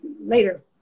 later